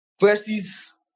Verses